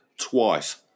twice